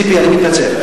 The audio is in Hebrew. ציפי, אני מתנצל.